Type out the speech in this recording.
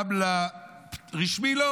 גם לרשמי?